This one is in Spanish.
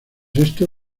esto